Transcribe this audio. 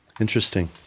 interesting